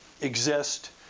exist